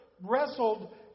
wrestled